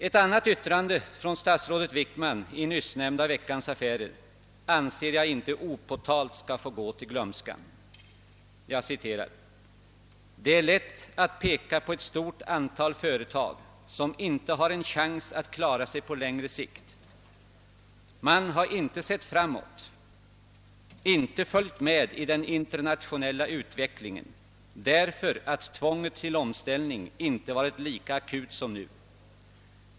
Ett annat yttrande av statsrådet Wickman i nyssnämnda Veckans Affärer anser jag inte opåtalat bör gå till glömskan: »Det är lätt att peka på ett stort antal företag som inte har en chans att klara sig på längre sikt. Man har inte sett framåt, inte följt med i den internationella utvecklingen, därför att tvånget till omställning inte varit lika akut som nu.